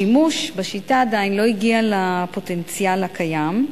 השימוש בשיטה עדיין לא הגיע לפוטנציאל הקיים.